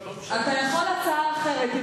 אתה יכול להעלות הצעה אחרת,